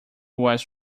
was